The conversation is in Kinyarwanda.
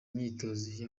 myitozo